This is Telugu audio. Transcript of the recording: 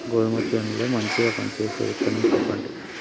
గోధుమ చేను లో మంచిగా పనిచేసే విత్తనం చెప్పండి?